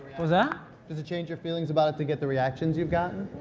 but does it change your feelings about it to get the reactions you've gotten?